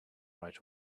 right